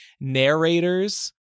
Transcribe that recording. narrators